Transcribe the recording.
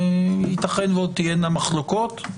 ייתכן ועוד תהיינה מחלוקות,